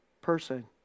person